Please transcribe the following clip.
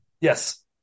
Yes